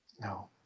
no